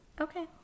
Okay